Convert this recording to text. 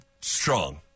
Strong